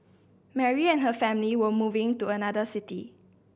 Mary and her family were moving to another city